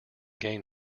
gain